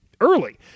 early